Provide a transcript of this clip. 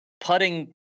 putting